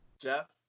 Jeff